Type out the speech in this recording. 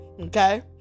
Okay